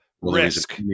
risk